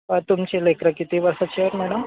तुमची लेकरं किती वर्षाची आहेत मॅडम